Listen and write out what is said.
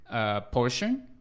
portion